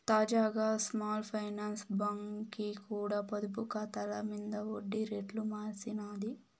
తాజాగా small finance బాంకీ కూడా పొదుపు కాతాల మింద ఒడ్డి రేట్లు మార్సినాది